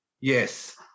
Yes